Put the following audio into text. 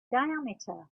diameter